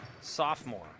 sophomore